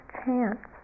chance